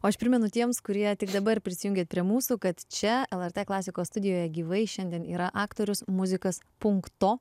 o aš primenu tiems kurie tik dabar prisijungėt prie mūsų kad čia lrt klasikos studijoje gyvai šiandien yra aktorius muzikas punkto